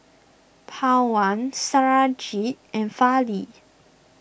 Pawan Satyajit and Fali